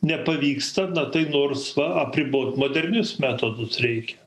nepavyksta na tai nors va apribot modernius metodus reikia